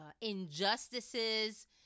injustices